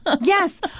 Yes